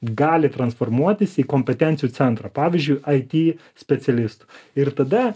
gali transformuotis į kompetencijų centrą pavyzdžiui it specialistų ir tada